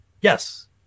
Yes